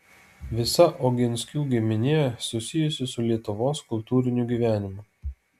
visa oginskių giminė susijusi su lietuvos kultūriniu gyvenimu